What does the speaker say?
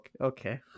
okay